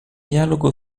dialogo